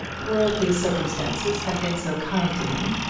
worldly circumstances had been so kind to him,